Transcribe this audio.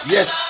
Yes